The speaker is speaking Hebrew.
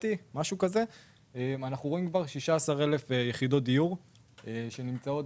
היום אנחנו רואים 16,000 יחידות דיור שנמצאות